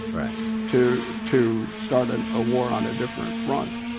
to to start ah a war on a different front.